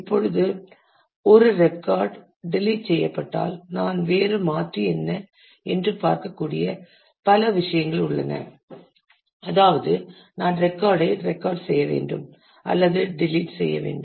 இப்பொழுது ஒரு record delete செய்யப்பட்டால் நான் வேறு மாற்று என்று பார்க்கக்கூடிய பல விஷயங்கள் உள்ளன அதாவது நான் ரெக்கார்டை ரெக்கார்ட் செய்ய வேண்டும் அல்லது டெலிட் செய்ய வேண்டும்